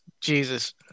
Jesus